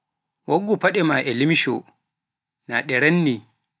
Woggu faɗe maa e limsho naa ɗe rannii.